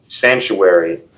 Sanctuary